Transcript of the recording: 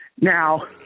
Now